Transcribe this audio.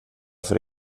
för